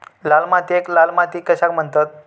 लाल मातीयेक लाल माती कशाक म्हणतत?